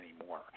anymore